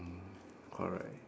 alright